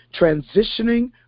transitioning